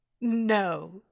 No